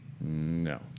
No